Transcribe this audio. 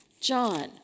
John